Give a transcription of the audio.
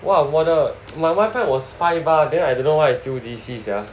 !wah! 我的 my wifi was five bar then I don't know why is still D_C sia